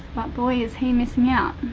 boy, is he missing out.